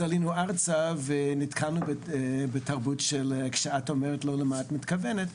אז עלינו ארצה ונתקלנו בתרבות של "כשאת אומרת 'לא' למה את מתכוונת",